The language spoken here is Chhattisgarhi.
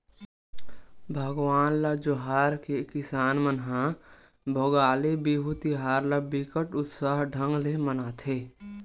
भगवान ल जोहार के किसान मन ह भोगाली बिहू तिहार ल बिकट उत्साह ढंग ले मनाथे